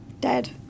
dead